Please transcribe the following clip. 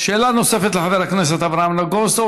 שאלה נוספת לחבר הכנסת נגוסה,